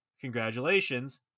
congratulations